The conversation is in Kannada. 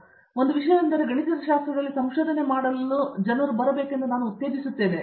ಅರಂದಾಮ ಸಿಂಗ್ ಅಂತಹ ಒಂದು ವಿಷಯವೆಂದರೆ ಗಣಿತಶಾಸ್ತ್ರದಲ್ಲಿ ಸಂಶೋಧನೆ ಮಾಡಲು ಹೋಗುವುದನ್ನು ನಾನು ಉತ್ತೇಜಿಸುತ್ತೇನೆ